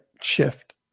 shift